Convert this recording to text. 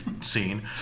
scene